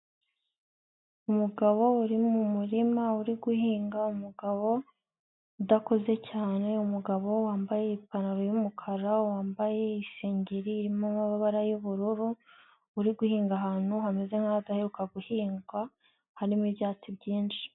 Umugabo uri mu murima uri guhinga, umugabo udakuze cyane, umugabo wambaye ipantaro y'umukara wambaye isengeri irimo amabara y'ubururu uri guhinga ahantu hameze nk'ahadaheruka guhingwa harimo ibyatsi byinshi.